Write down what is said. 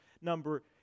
number